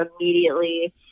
immediately